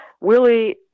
Willie